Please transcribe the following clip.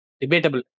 debatable